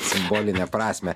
simbolinę prasmę